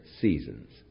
seasons